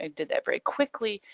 ah did that very quickly,